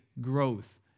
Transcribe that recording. growth